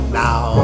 now